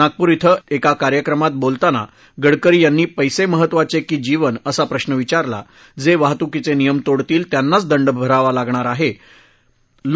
नागपूर शें एका कार्यक्रमात बोलताना गडकरी यांनी पर्सीमहत्वाचे की जीवन असा प्रश्न विचारला जे वाहतुकीचे नियम तोडतील त्यांनाच दंड द्यावा लागणार आहे असं ते म्हणाले